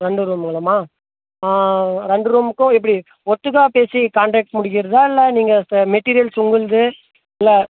ரெண்டு ரூமுங்களாம்மா ரெண்டு ரூமுக்கும் எப்படி ஒட்டுக்கா பேசி கன்ட்ராக்ட் முடிக்கிறதா இல்லை நீங்கள் இப்போ மெட்டிரியல்ஸ் உங்களுது இல்லை